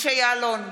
משה יעלון,